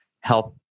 health